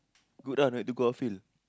good ah no need to go outfield